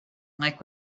like